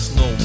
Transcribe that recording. no